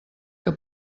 que